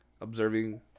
observing